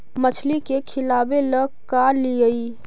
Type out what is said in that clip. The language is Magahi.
मछली के खिलाबे ल का लिअइ?